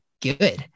good